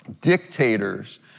dictators